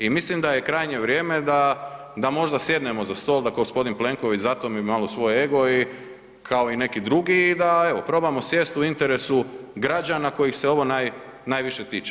I mislim da je krajnje vrijeme da možda sjednemo za stol, da g. Plenković zatomi malo svoj ego i kao i neki drugi, i da evo, probamo sjest u interesu građana kojih se ovo najviše tiče.